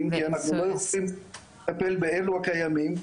כי אנחנו לא יכולים לטפל באלו הקיימים,